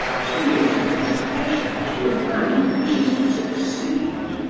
she is a treasure to a man who wishes to succeed.